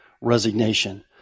resignation